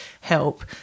help